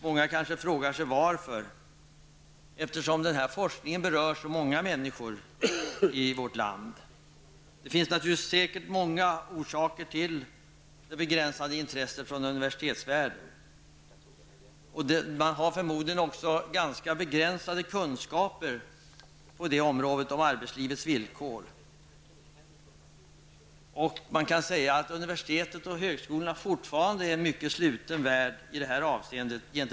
Många kanske frågar sig varför, eftersom den här forskningen berör så många människor i vårt land. Det finns säkert många orsaker till det begränsade intresset från universitetsvärlden. Man har där förmodligen ganska begränsade kunskaper om arbetslivets villkor. Universiteten och högskolorna är fortfarande en mycket sluten värld i det avseendet.